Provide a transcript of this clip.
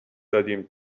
دادیم